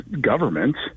governments